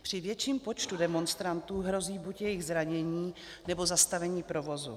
Při větším počtu demonstrantů hrozí buď jejich zranění, nebo zastavení provozu.